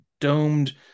domed